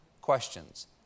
questions